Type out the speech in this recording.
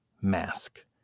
Mask